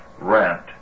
rent